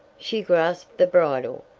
she grasped the bridle,